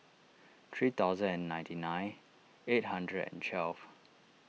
three thousand and ninety nine eight hundred and twelve